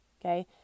okay